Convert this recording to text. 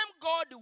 God